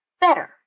better